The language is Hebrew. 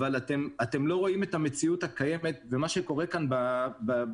אבל אתם לא רואים את המציאות הקיימת ומה שקורה כאן במדינה.